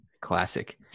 Classic